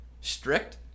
strict